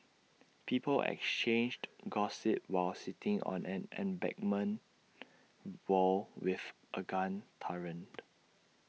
people exchanged gossip while sitting on an embankment wall with A gun turret